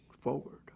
forward